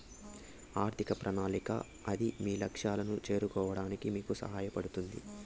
ఆర్థిక ప్రణాళిక అది మీ లక్ష్యాలను చేరుకోవడానికి మీకు సహాయపడుతుంది